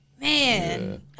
Man